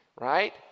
right